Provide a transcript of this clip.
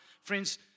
friends